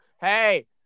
hey